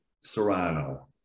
serrano